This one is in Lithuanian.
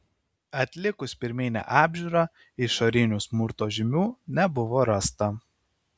atlikus pirminę apžiūrą išorinių smurto žymių nebuvo rasta